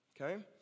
Okay